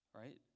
right